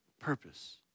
purpose